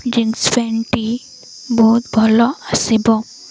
jeans ପ୍ୟାଣ୍ଟଟି ବହୁତ ଭଲ ଆସିବ